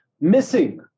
missing